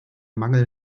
mangel